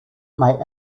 may